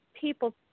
people